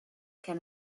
can